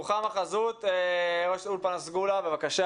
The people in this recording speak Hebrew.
רוחמה חזות, ראשת אולפנת סגולה בבקשה